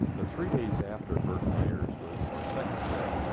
but three days after burt myers was our second sheriff,